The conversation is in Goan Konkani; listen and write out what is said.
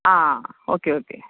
आं ओके ओके